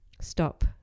stop